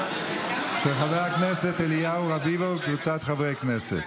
של חבר הכנסת אליהו רביבו וקבוצת חברי הכנסת.